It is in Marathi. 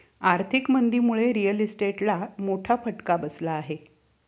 आर्थिक मंदीमुळे रिअल इस्टेटला मोठा फटका बसला आहे